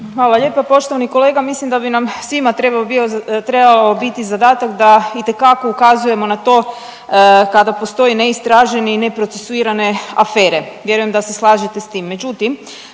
Hvala lijepa poštovani kolega. Mislim da bi nam svima trebao biti zadatak da itekako ukazujemo na to kada postoji neistraženi i neprocesuirane afere. Vjerujem da se slažete s tim.